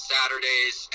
Saturdays